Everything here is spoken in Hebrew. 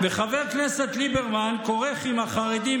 וחבר כנסת ליברמן כורך עם החרדים,